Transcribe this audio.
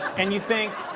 and you think